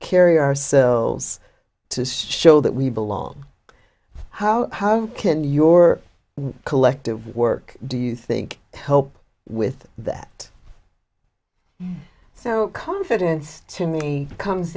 carry ourselves to show that we belong how can your collective work do you think help with that so confidence to me comes